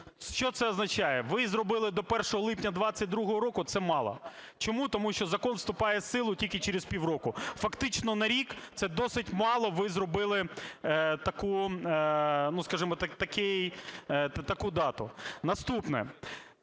Що це означає? Ви зробили до 1 липня 2022 року. Це мало. Чому? Тому що закон вступає в силу тільки через півроку, фактично, на рік. Це досить мало ви зробили, скажімо, таку дату. Наступне.